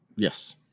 Yes